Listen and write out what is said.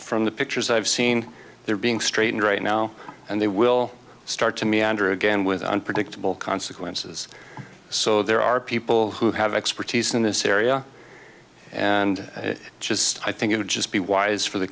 from the pictures i've seen they're being straight and right now and they will start to meander again with unpredictable consequences so there are people who have expertise in this area and just i think it would just be wise for the